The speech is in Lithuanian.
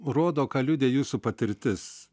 rodo ką liudija jūsų patirtis